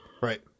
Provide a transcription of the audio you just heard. Right